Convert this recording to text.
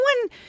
one